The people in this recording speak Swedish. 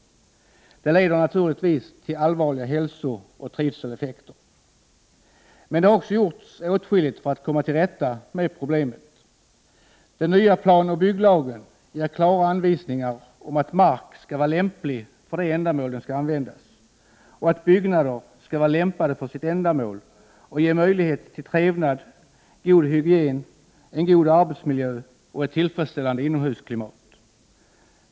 Det får naturligtvis allvarliga hälsooch trivseleffekter. Men det har också gjorts åtskilligt för att komma till rätta med problemen. Den nya planoch bygglagen ger klara anvisningar om att mark skall vara lämplig för det ändamål som den skall användas till, att byggnader skall vara lämpade för sitt ändamål och ge möjlighet till trevnad, god hygien, en god arbetsmiljö och ett tillfredsställande inomhusklimat.